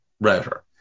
router